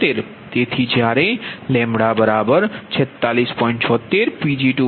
76 તેથી જ્યારે λ46